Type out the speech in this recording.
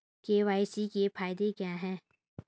KYC के फायदे क्या है?